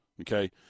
Okay